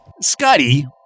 Scotty